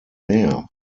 meer